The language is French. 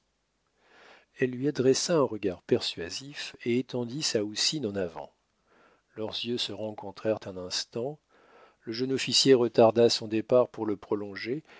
elle lui adressa un regard persuasif et étendit sa houssine en avant leurs yeux se rencontrèrent un instant le jeune officier retarda son départ pour le prolonger